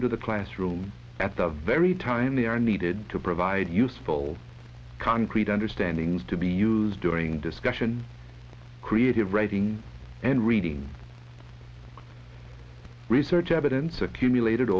into the classroom at the very time they are needed to provide useful concrete understandings to be used during discussion creative writing and reading research evidence accumulated